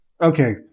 Okay